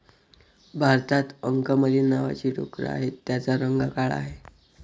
भारतात अंकमली नावाची डुकरं आहेत, त्यांचा रंग काळा आहे